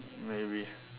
maybe